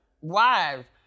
wives